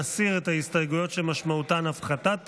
נסיר את ההסתייגויות שמשמעותן הפחתת תקציב.